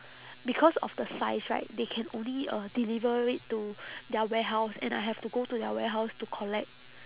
because of the size right they can only uh deliver it to their warehouse and I have to go to their warehouse to collect